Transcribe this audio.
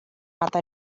other